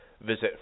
Visit